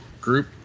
group